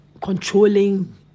controlling